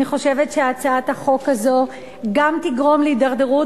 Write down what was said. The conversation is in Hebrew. אני חושבת שהצעת החוק הזאת גם תגרום להידרדרות